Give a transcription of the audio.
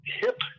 hip